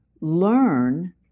learn